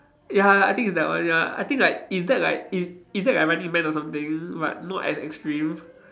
ya I think it's that one ya I think like is that like is is that like running man or something but not as extreme